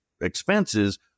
expenses